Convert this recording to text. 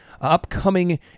upcoming